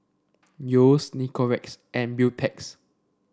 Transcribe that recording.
Yeo's and Beautex